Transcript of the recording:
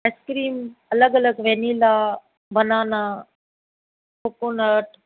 ice cream अलॻि अलॻि vanilla banana coconut